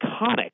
iconic